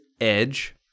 Edge